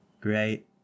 Great